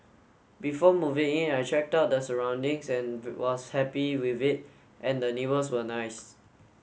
before moving in I checked out the surroundings and was happy with it and the neighbours were nice